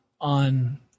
on